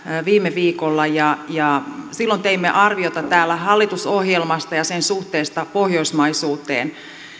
viime viikolla ja ja silloin teimme arviota täällä hallitusohjelmasta ja sen suhteesta pohjoismaisuuteen